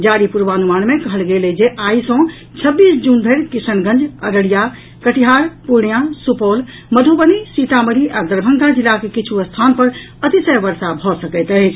जारी पूर्वानुमान मे कहल गेल अछि जे आई सॅ छब्बीस जून धरि किशनगंज अररिया कटिहार पूर्णिया सुपौल मधुबनी सीतामढ़ी आ दरभंगा जिलाक किछु स्थान पर अतिशय वर्षा भऽ सकैत अछि